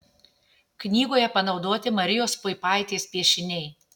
knygoje panaudoti marijos puipaitės piešiniai